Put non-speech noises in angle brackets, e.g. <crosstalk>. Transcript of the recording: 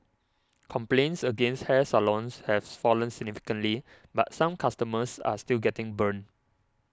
complaints against hair salons have <noise> fallen significantly but some customers are still getting burnt